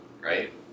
right